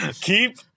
Keep